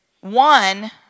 One